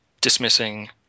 dismissing